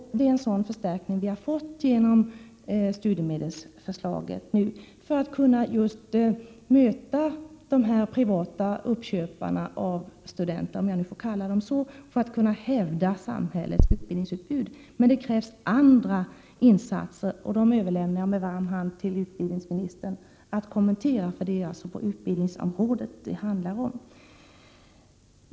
En sådan förstärkning har vi fått genom studiemedelsförslaget nu, just för att kunna möta de privata uppköparna av studenter, om jag får kalla dem så, för att kunna hävda samhällets utbildningsutbud. Men det krävs andra insatser. Dem överlämnar jag med varm hand till utbildningsministern att kommentera eftersom det just handlar om utbildningsområdet.